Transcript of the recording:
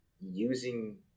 using